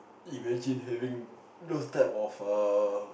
imagine having those type of err